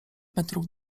metrów